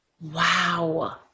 Wow